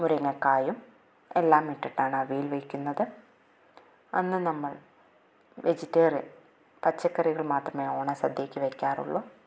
മുരിങ്ങയ്ക്കായും എല്ലാം ഇട്ടിട്ടാണ് അവിയല് വെയ്ക്കുന്നത് അന്ന് നമ്മള് വെജിറ്റേറിയന് പച്ചക്കറികള് മാത്രമേ ഓണ സദ്യക്ക് വെയ്ക്കാറുള്ളൂ